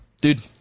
Dude